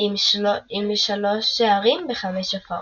עם 3 שערים ב-5 הופעות.